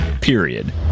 Period